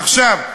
עכשיו,